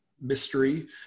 mystery